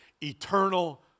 Eternal